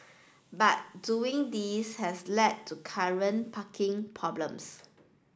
but doing this has led to current parking problems